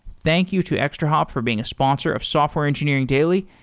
thank you to extrahop for being a sponsor of software engineering daily,